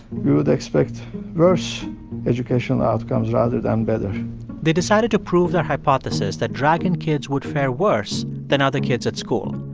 you would expect worse educational outcomes rather than better they decided to prove their hypothesis that dragon kids would fare worse than other kids at school.